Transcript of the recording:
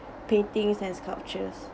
paintings and sculptures